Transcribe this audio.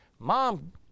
mom